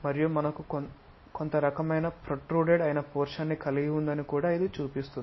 మరియు మనకు కొంత రకమైన ప్రోట్రూడెడ్ అయిన పోర్షన్ ని కలిగి ఉందని కూడా ఇది చూపిస్తుంది